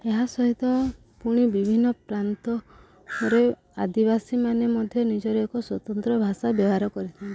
ଏହା ସହିତ ପୁଣି ବିଭିନ୍ନ ପ୍ରାନ୍ତରେ ଆଦିବାସୀ ମାନେ ମଧ୍ୟ ନିଜର ଏକ ସ୍ୱତନ୍ତ୍ର ଭାଷା ବ୍ୟବହାର କରନ୍ତି